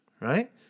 right